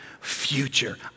future